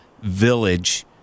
village